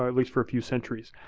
at least for a few centuries,